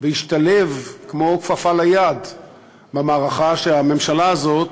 והשתלב כמו כפפה ליד במערכה שהממשלה הזאת